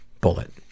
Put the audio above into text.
bullet